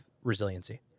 resiliency